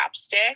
chapstick